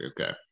okay